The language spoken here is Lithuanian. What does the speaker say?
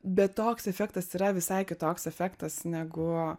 bet toks efektas yra visai kitoks efektas negu